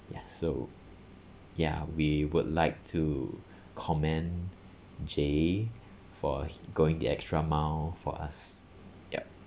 ya so ya we would like to commend jay for going the extra mile for us yup